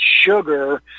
sugar